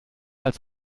als